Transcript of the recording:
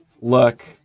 look